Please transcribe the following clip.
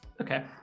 okay